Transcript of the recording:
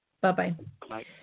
Bye-bye